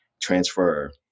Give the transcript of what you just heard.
transfer